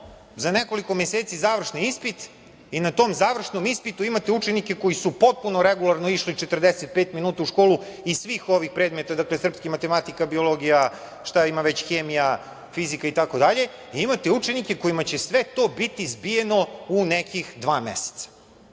za nekoliko meseci završni ispit i na tom završnom ispitu imate učenike koji su potpuno regularno išli 45 minuta u školu iz svih ovih predmeta, srpski, matematika, biologija, hemija, fizika itd. a imate učenike kojima će sve to biti zbijeno u nekih dva meseca. Sad